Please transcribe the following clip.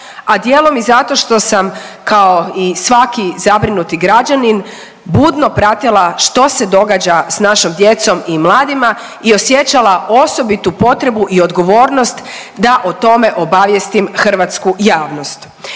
a dijelom i zato što sam kao i svaki zabrinuti građanin budno pratila što se događa s našom djecom i mladima i osjećala osobitu potrebu i odgovornost da o tome obavijestim hrvatsku javnost.